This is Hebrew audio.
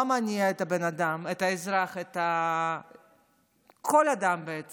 מה מניע את הבן אדם, את האזרח, כל אדם, בעצם?